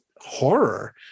horror